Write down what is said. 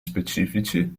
specifici